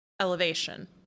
Elevation